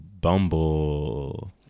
Bumble